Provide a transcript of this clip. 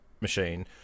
machine